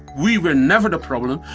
we were never the problem.